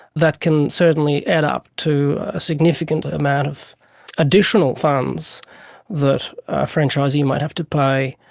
that can certainly add up to a significant amount of additional funds that a franchisee might have to pay,